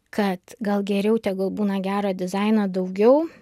kad gal geriau tegul būna gero dizaino daugiau